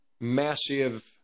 massive